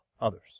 others